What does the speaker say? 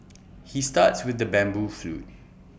he starts with the bamboo flute